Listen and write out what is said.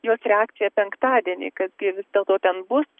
jos reakciją penktadienį kas gi vis dėlto ten bus